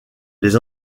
les